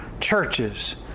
churches